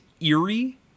eerie